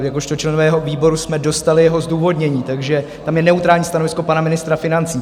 Jakožto členové výboru jsme dostali jeho zdůvodnění, takže tam je neutrální stanovisko pana ministra financí.